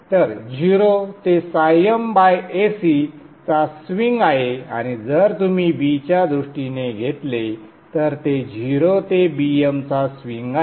तर 0 ते mAc चा स्विंग आहे आणि जर तुम्ही B च्या दृष्टीने घेतले तर 0 ते Bm चा स्विंग आहे